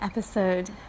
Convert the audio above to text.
Episode